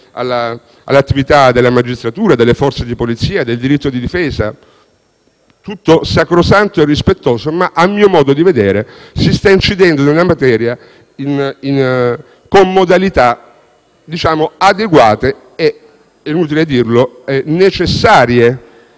all'attività della magistratura, delle forze di polizia, del diritto di difesa; tutto sacrosanto e rispettoso, ma, a mio modo di vedere, si sta incidendo sulla materia con modalità adeguate e (inutile dirlo) necessarie,